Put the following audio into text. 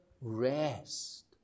rest